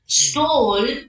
stole